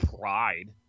Pride